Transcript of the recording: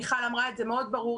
מיכל אמרה את זה מאוד ברור,